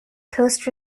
coast